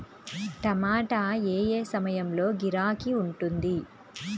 టమాటా ఏ ఏ సమయంలో గిరాకీ ఉంటుంది?